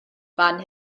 fan